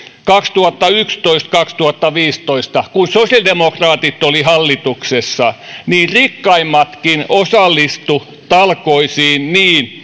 kaksituhattayksitoista viiva kaksituhattaviisitoista sosiaalidemokraatit olivat hallituksessa rikkaimmatkin osallistuivat talkoisiin niin